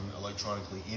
electronically